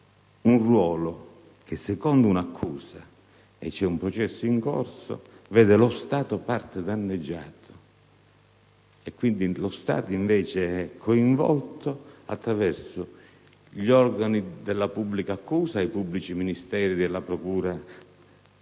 un ruolo che secondo un'accusa - e c'è un processo in corso - vede lo Stato parte danneggiata. Qui lo Stato invece è coinvolto, attraverso gli organi della pubblica accusa e i pubblici Ministeri della procura